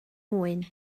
mwyn